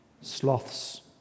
sloths